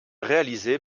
réalisé